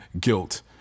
guilt